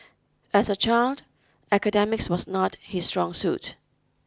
as a child academics was not his strong suit